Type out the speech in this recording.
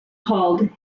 called